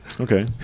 Okay